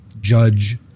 Judge